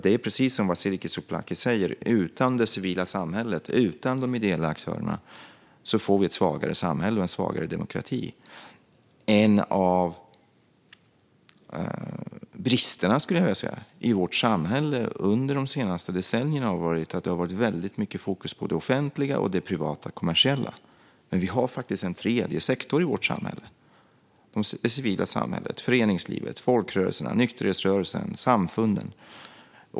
Det är precis som Vasiliki Tsouplaki säger att utan det civila samhället, utan de ideella aktörerna, får vi ett svagare samhälle och en svagare demokrati. En av bristerna, skulle jag säga, i vårt samhälle under de senaste decennierna är att det har varit väldigt mycket fokus på det offentliga och det privata och kommersiella. Men vi har faktiskt en tredje sektor i vårt samhälle, det civila samhället, föreningslivet, folkrörelserna, nykterhetsrörelsen, samfunden.